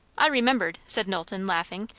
i remembered, said knowlton, laughing,